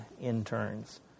interns